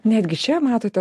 netgi čia matote